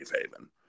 haven